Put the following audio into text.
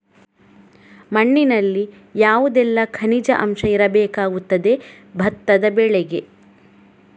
ಮಣ್ಣಿನಲ್ಲಿ ಯಾವುದೆಲ್ಲ ಖನಿಜ ಅಂಶ ಇರಬೇಕಾಗುತ್ತದೆ ಭತ್ತದ ಬೆಳೆಗೆ?